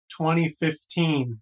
2015